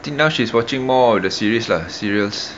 I think now she's watching more of the series lah serials